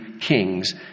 kings